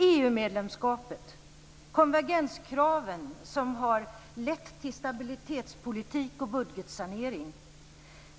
EU-medlemskapet, konvergenskraven som har lett till stabilitetspolitik och budgetsanering,